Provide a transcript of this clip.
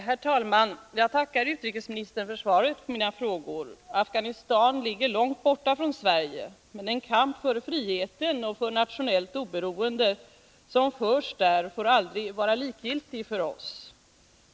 Herr talman! Jag tackar utrikesministern för svaret på mina frågor. Afghanistan ligger långt bort från Sverige, men den kamp för friheten och nationellt oberoende som förs där får aldrig vara likgiltig för oss.